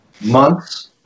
months